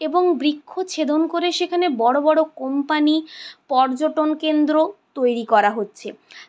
এবং বৃক্ষচ্ছেদন করে সেখানে বড়ো বড়ো কোম্পানি পর্যটন কেন্দ্র তৈরি করা হচ্ছে